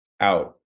out